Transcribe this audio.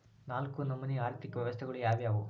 ನಾಲ್ಕು ನಮನಿ ಆರ್ಥಿಕ ವ್ಯವಸ್ಥೆಗಳು ಯಾವ್ಯಾವು?